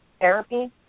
therapy